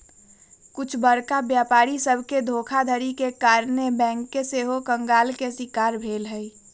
कुछ बरका व्यापारी सभके धोखाधड़ी के कारणे बैंक सेहो कंगाल के शिकार भेल हइ